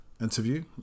interview